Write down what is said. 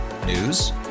News